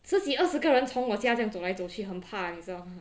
十几二十个人从我家这样走来走去很怕 leh 你知道 mah